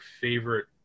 favorite